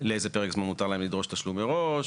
לאיזה פרק זמן מותר להם לדרוש תשלום מראש,